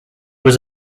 was